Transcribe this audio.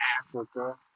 Africa